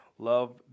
Love